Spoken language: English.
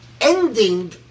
ending